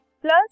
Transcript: plus